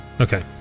Okay